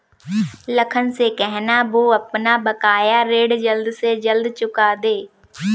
लखन से कहना, वो अपना बकाया ऋण जल्द से जल्द चुका दे